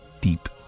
deep